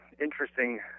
interesting